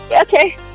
Okay